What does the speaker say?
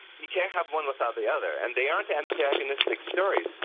you can't have one without the other, and they aren't antagonistic stories